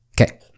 Okay